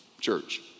church